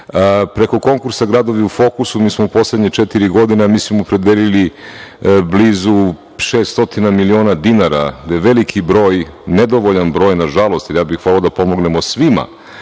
toga. Preko konkursa „Gradovi u fokusu“ mi smo u poslednje četiri godine, mislim, opredelili blizu 600 miliona dinara i, gde je veliki broj, nedovoljan broj nažalost, jer ja bih voleo da pomognemo svima,